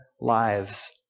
lives